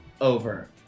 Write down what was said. over